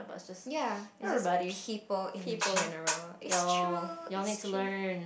ya it's just people in general it's true it's true